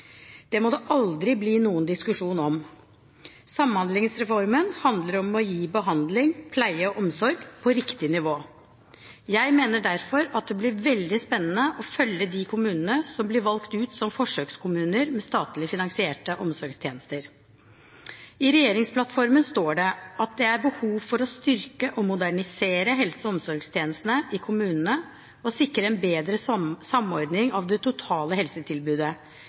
Det må det aldri bli noen diskusjon om. Samhandlingsreformen handler om å gi behandling, pleie og omsorg på riktig nivå. Jeg mener derfor at det blir veldig spennende å følge de kommunene som blir valgt ut som forsøkskommuner med statlig finansierte omsorgstjenester. I regjeringsplattformen står det: «Det er behov for å styrke og modernisere helse- og omsorgstjenestene i kommunene og sikre en bedre samordning av det totale helsetilbudet.